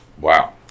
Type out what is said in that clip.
wow